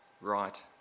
right